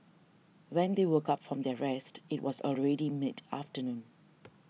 when they woke up from their rest it was already mid afternoon